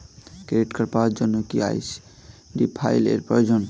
Credit card পাওয়ার জন্য কি আই.ডি ফাইল এর প্রয়োজন?